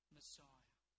Messiah